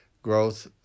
growth